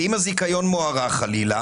ואם הזיכיון מוארך חלילה,